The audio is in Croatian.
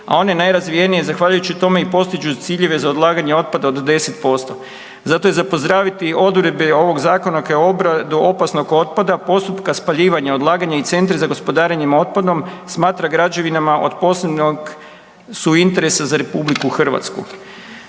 a one najrazvijenije zahvaljujući tome i postižu ciljeve za odlaganje otpada od 10%. Zato je za pozdraviti odredbe ovog zakona kao … opasnog otpada postupka spaljivanja, odlaganja i centra za gospodarenjem otpadom smatra građevinama od posebnog su interesa za RH. Smatram